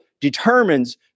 determines